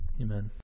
Amen